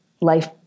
life